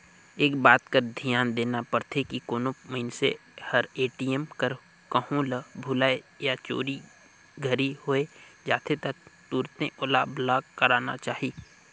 एक बात कर धियान देना परथे की कोनो मइनसे हर ए.टी.एम हर कहों ल भूलाए या चोरी घरी होए जाथे त तुरते ओला ब्लॉक कराना चाही